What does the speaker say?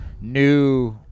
new